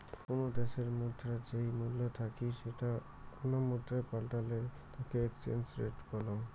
কোনো দ্যাশের মুদ্রার যেই মূল্য থাকি সেটা অন্য মুদ্রায় পাল্টালে তাকে এক্সচেঞ্জ রেট বলং